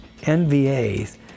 NVA's